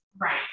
right